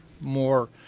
more